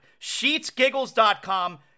Sheetsgiggles.com